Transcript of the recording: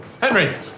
Henry